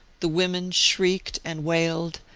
the women shrieked and wailed,